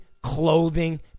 clothing